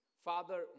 Father